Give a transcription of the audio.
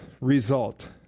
result